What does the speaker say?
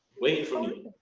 waiting for me.